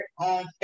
on